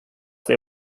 they